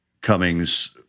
Cummings